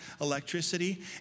electricity